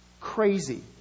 crazy